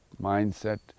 mindset